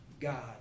God